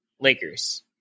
Lakers